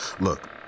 Look